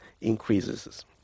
increases